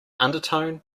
undertone